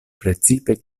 precipe